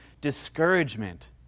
discouragement